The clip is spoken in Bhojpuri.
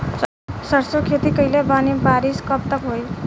सरसों के खेती कईले बानी बारिश कब तक होई?